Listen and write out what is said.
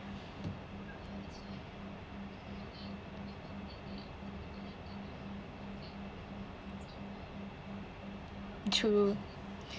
true